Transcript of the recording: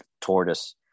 tortoise